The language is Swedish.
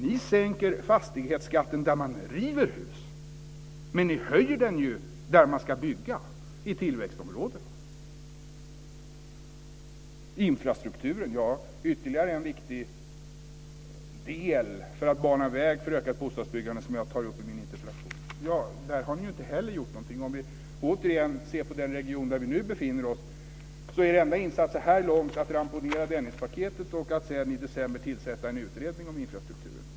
Ni sänker fastighetsskatten där man river hus, men ni höjer den där man ska bygga, i tillväxtområdena. Infrastrukturen är ytterligare en viktig del i att bana väg för ökat bostadsbyggande som jag tar upp i min interpellation. Där har ni inte heller gjort någonting. Om vi återigen ser på den region där vi nu befinner oss är er enda insats så här långt att ramponera Dennispaketet och sedan i december tillsätta en utredning om infrastrukturen.